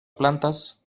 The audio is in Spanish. plantas